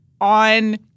on